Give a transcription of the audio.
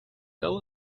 fell